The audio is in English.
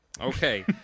Okay